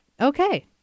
Okay